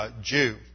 Jew